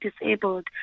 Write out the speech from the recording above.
disabled